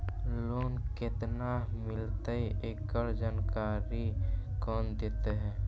Loan केत्ना मिलतई एकड़ जानकारी कौन देता है?